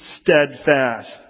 steadfast